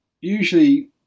usually